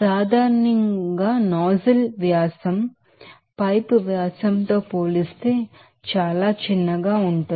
సాధారణంగా నాజిల్ వ్యాసం పైప్ వ్యాసం తో పోలిస్తే చాలా చిన్నదిగా ఉంటుంది